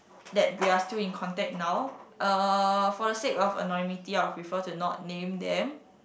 that we are still in contact now uh for the sake of anonymity I would prefer to not name them